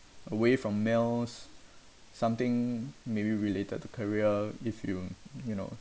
away from meals something maybe related to career if you you know